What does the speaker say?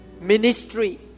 ministry